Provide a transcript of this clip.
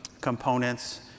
components